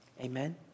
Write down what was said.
Amen